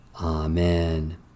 Amen